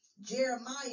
Jeremiah